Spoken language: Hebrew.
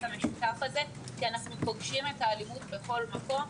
המשותף הזה כי אנחנו פוגשים אלימות בכל מקום.